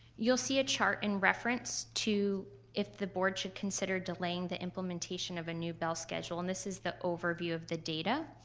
you'll see a chart in reference to if the board should consider delaying the implementation of a new bell schedule and this is the overview of the data.